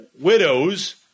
widows